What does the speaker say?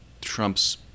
Trump's